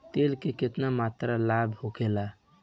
तेल के केतना मात्रा लाभ होखेला?